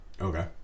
Okay